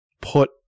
put